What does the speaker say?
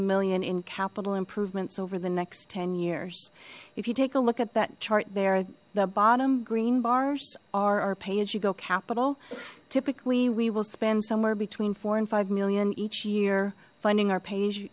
million in capital improvements over the next ten years if you take a look at that chart there the bottom green bars are our pay as you go capital typically we will spend somewhere between four and five million each year finding our page